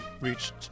reached